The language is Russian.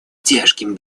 тяжким